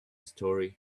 story